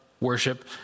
worship